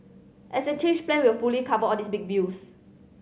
as a changed plan will fully cover all these big bills